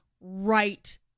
right